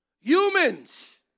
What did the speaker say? Humans